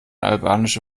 albanische